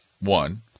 One